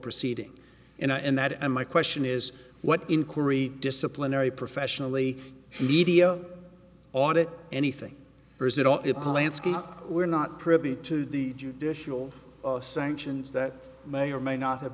proceeding in that and my question is what inquiry disciplinary professionally media audit anything or is it all if we're not privy to the judicial sanctions that may or may not have